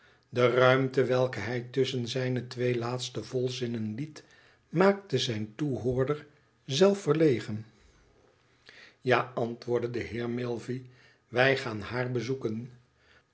de ruimte welke hij tusschen zijne twee laatste volzinnen liet maakte zijn toehoorder zelf verlegen ja antwoordde de heer milvey wij gaan haar bezoeken